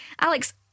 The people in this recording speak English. Alex